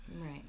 Right